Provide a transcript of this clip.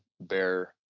bear